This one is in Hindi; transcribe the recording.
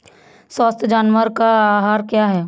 स्वस्थ जानवर का आहार क्या है?